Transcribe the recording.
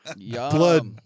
blood